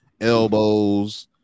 elbows